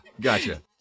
gotcha